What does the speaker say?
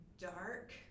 dark